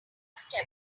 step